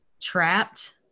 trapped